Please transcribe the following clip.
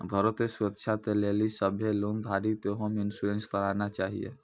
घरो के सुरक्षा के लेली सभ्भे लोन धारी के होम इंश्योरेंस कराना छाहियो